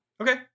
Okay